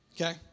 Okay